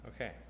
Okay